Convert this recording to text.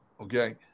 Okay